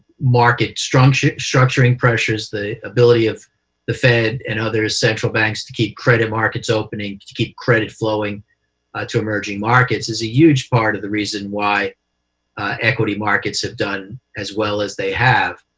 market-structuring pressures the ability of the fed and other central banks to keep credit markets opening, to keep credit flowing ah to emerging markets is a huge part of the reason why equity markets have done as well as they have.